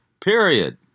Period